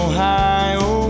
Ohio